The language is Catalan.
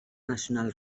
nacional